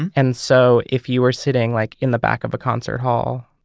and and so if you were sitting like in the back of a concert hall,